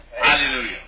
Hallelujah